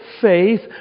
faith